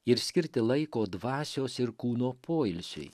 ir skirti laiko dvasios ir kūno poilsiui